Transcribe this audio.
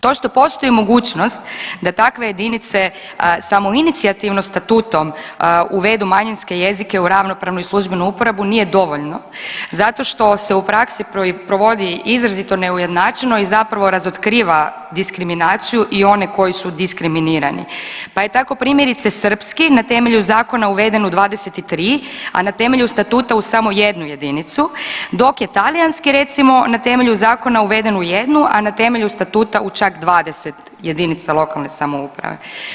To što postoji mogućnost da takve jedinice samoinicijativno statutom uvedu manjinske jezike u ravnopravnu i službenu uporabu nije dovoljno, zato što se u praksi provodi izrazito neujednačeno i zapravo razotkriva diskriminaciju i one koji su diskriminirani, pa je tako primjerice srpski na temelju zakona uveden u 23, a na temelju statuta u samo jednu jedinicu dok je talijanski recimo na temelju zakona uveden u jednu, a na temelju statuta u čak 20 jedinica lokalne samouprave.